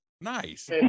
Nice